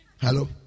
Hello